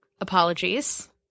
Apologies